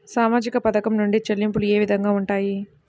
సామాజిక పథకం నుండి చెల్లింపులు ఏ విధంగా ఉంటాయి?